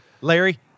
Larry